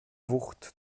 wucht